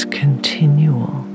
continual